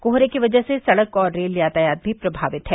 कोहरे की वजह से सड़क और रेल यातायात भी प्रमावित है